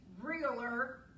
realer